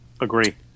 agree